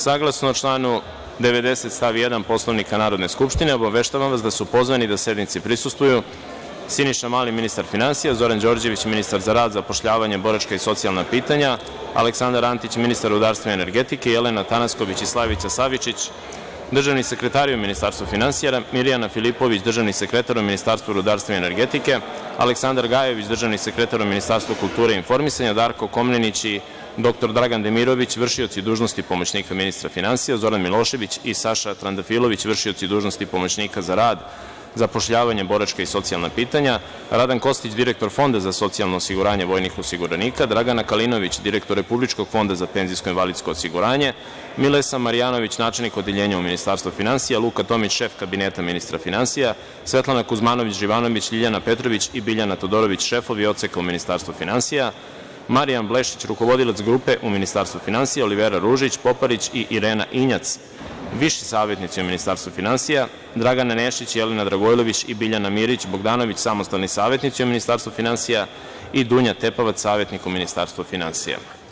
Saglasno članu 90. stav 1. Poslovnika Narodne skupštine obaveštavam vas da su pozvani da sednici prisustvuju: Siniša Mali, ministar finansija, Zoran Đorđević, ministar za rad zapošljavanje boračka i socijalna pitanja, Aleksandar Antić, ministar rudarstva i energetike, Jelena Tanasković i Slavica Savičić, državni sekretari u Ministarstvu finansija, Mirjana Filipović, državni sekretar u Ministarstvu rudarstva i energetike, Aleksandar Gajević, državni sekretar u Ministarstvu kulture i informisanja, Darko Komnenić i dr Dragan Dimirović, vršioci dužnosti pomoćnika ministra finansija, Zoran Milošević i Saša Trandafilović, vršioci dužnosti pomoćnika ministra za rad, zapošljavanje, boračka i socijalan pitanja, Radan Kostić, direktor Fonda za socijalno osiguranje vojnih osiguranika, Dragana Kalinović, direktor Republičkog fonda za penzijsko i invalidsko osiguranje, Milesa Marjanović, načelnik Odeljenja u Ministarstvu finansija, Luka Tomić, šef Kabineta ministra finansija, Svetlana Kuzmanović-Živanović, LJiljana Petrović i Biljana Todorović, šefovi Odseka u Ministarstvu finansija, Marijan Blešić, rukovodilac Grupe u Ministarstvu finansija, Olivera Ružić Poparić i Irena Injac, viši savetnici u Ministarstvu finansija, Dragana Nešić, Jelena Dragojlović i Biljana Mirić Bogdanović, samostalni savetnici u Ministarstvu finansija i Dunja Tepavac, savetnik u Ministarstvu finansija.